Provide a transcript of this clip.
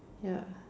ya